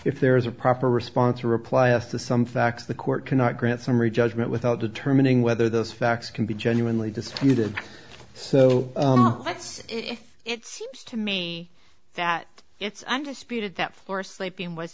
if there is a proper response or reply as to some facts the court cannot grant summary judgment without determining whether those facts can be genuinely disputed so that's if it seems to me that it's undisputed that for sleeping was